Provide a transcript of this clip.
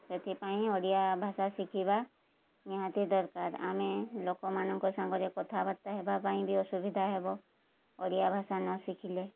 ସେଥିପାଇଁ ଓଡ଼ିଆ ଭାଷା ଶିଖିବା ନିହାତି ଦରକାର ଆମେ ଲୋକମାନଙ୍କ ସାଙ୍ଗରେ କଥାବାର୍ତ୍ତା ହେବା ପାଇଁ ବି ଅସୁବିଧା ହେବ ଓଡ଼ିଆ ଭାଷା ନ ଶିଖିଲେ